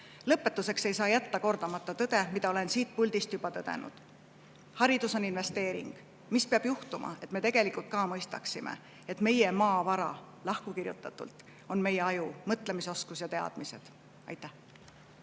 proovile. Lõpetuseks ei saa jätta kordamata tõde, mida olen siit puldist juba tõdenud: haridus on investeering. Mis peab juhtuma, et me tegelikult ka mõistaksime, et meie maa vara – lahku kirjutatult – on meie aju, mõtlemisoskus ja teadmised? Aitäh!